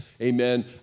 amen